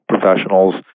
professionals